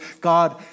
God